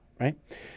right